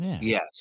yes